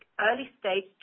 early-stage